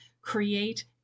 create